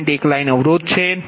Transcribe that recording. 1 line અવરોધ છે